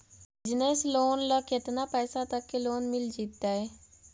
Business loan ल केतना पैसा तक के लोन मिल जितै?